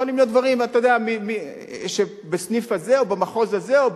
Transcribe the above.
יכולים להיות דברים שבסניף הזה או במחוז הזה.